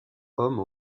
homme